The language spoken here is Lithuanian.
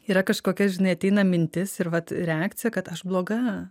yra kažkokia žinai ateina mintis ir vat reakcija kad aš bloga